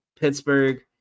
Pittsburgh